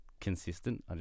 consistent